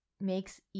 makes